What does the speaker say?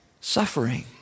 suffering